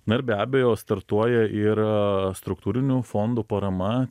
na ir be abejo startuoja ir struktūrinių fondų parama